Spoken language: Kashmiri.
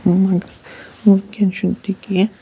مگر وٕنکیٚن چھُنہٕ تہِ کینٛہہ